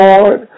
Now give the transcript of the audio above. Lord